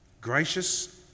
Gracious